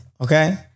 Okay